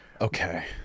Okay